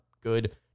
good